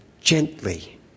gently